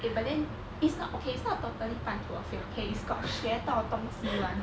eh but then it's not okay it's not totally 半途而废 okay it's got 学到东西 [one]